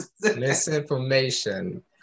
Misinformation